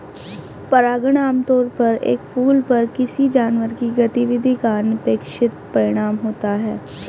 परागण आमतौर पर एक फूल पर किसी जानवर की गतिविधि का अनपेक्षित परिणाम होता है